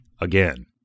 Again